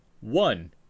one